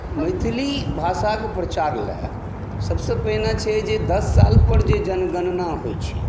मैथिली भाषाके प्रचार लए सभसँ पहिने छै जे दश साल पर जे जनगणना होइत छै